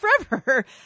forever